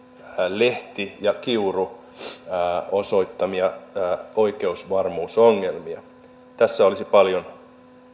lehti ja kiuru osoittamia oikeusvarmuusongelmia tässä olisi paljon